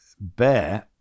Bear